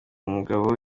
mugabo